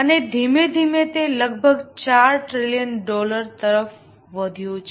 અને ધીમે ધીમે તે લગભગ 4 ટ્રિલિયન ડોલર તરફ વધ્યો છે